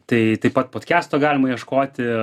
tai taip pat podkesto galima ieškoti